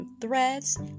threads